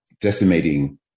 decimating